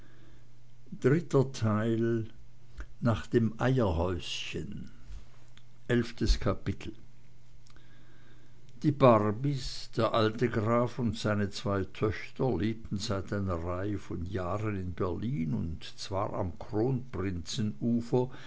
nach dem eierhäuschen elftes kapitel die barbys der alte graf und seine zwei töchter lebten seit einer reihe von jahren in berlin und zwar am